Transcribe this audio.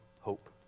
hope